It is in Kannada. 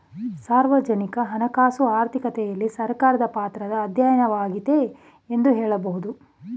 ಸಾರ್ವಜನಿಕ ಹಣಕಾಸು ಆರ್ಥಿಕತೆಯಲ್ಲಿ ಸರ್ಕಾರದ ಪಾತ್ರದ ಅಧ್ಯಯನವಾಗೈತೆ ಎಂದು ಹೇಳಬಹುದು